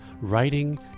writing